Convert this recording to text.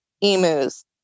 emus